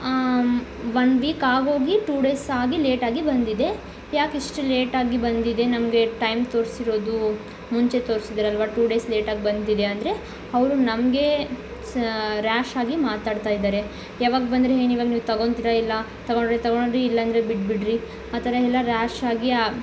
one week ಆಗೋಗಿ two days ಆಗಿ late ಆಗಿ ಬಂದಿದೆ ಯಾಕೆ ಇಷ್ಟು ಲೇಟ್ ಆಗಿ ಬಂದಿದೆ ನಮಗೆ ಟೈಮ್ ತೋರಿಸಿರೋದು ಮುಂಚೆ ತೋರಿಸಿದ್ರಲ್ವಾ ಟೂ ಡೇಸ್ ಲೇಟ್ ಆಗಿ ಬಂದಿದೆ ಅಂದರೆ ಅವರು ನಮಗೇ ರ್ಯಾಷ್ ಆಗಿ ಮಾತಾಡ್ತಾ ಇದ್ದಾರೆ ಯಾವಾಗ ಬಂದರೆ ಏನ್ ಇವಾಗ ನೀವು ತೊಗೊತೀರಾ ಇಲ್ಲ ತೊಗೊಂಡ್ರೆ ತೊಗೊಳ್ರಿ ಇಲ್ಲ ಅಂದರೆ ಬಿಟ್ಟು ಬಿಡಿರಿ ಆ ಥರ ಎಲ್ಲ ರ್ಯಾಷ್ ಆಗಿ